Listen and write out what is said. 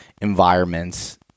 environments